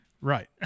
Right